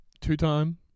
Two-time